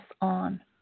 on